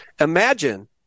Imagine